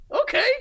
Okay